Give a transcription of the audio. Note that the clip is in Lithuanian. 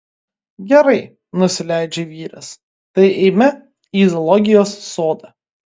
gerai nusileidžia vyras tai eime į zoologijos sodą